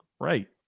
Right